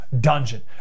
dungeon